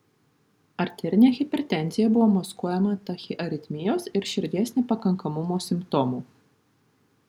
arterinė hipertenzija buvo maskuojama tachiaritmijos ir širdies nepakankamumo simptomų